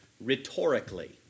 rhetorically